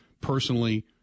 personally